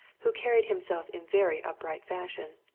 who carried himself in very upright fashion,